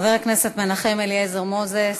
חבר הכנסת מנחם אליעזר מוזס,